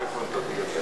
אני בעד.